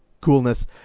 Coolness